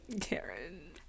karen